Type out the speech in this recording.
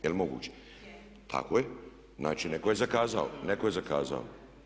Je li moguće? [[Upadica: Je.]] Tako je, znači netko je zakazao, netko je zakazao.